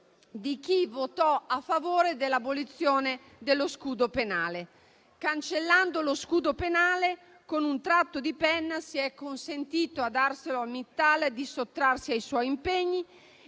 di chi votò a favore dell'abolizione dello scudo penale. Cancellando lo scudo penale con un tratto di penna si è consentito ad ArcelorMittal di sottrarsi ai suoi impegni,